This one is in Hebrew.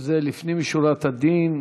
זה לפנים משורת הדין.